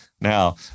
now